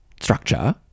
structure